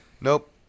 Nope